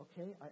okay